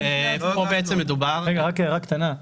הערה קטנה.